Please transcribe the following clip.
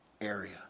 area